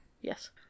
Yes